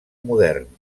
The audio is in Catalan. modern